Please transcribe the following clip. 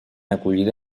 acollida